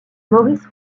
maurice